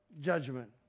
judgment